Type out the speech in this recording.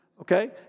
Okay